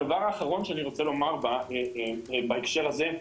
הדבר האחרון שאני רוצה לומר בהקשר הזה,